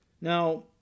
Now